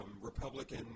Republican